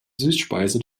süßspeise